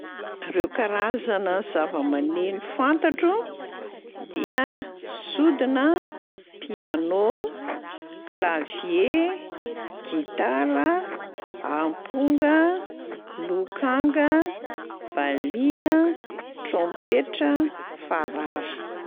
Reo karazana zava-maneno fantatro dia: sodina, piano, klavie, gitara, amponga, lokanga, valiha, trompetra, farara.